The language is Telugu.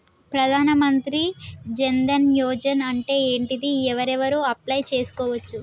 ప్రధాన మంత్రి జన్ ధన్ యోజన అంటే ఏంటిది? ఎవరెవరు అప్లయ్ చేస్కోవచ్చు?